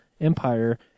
Empire